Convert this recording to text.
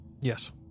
Yes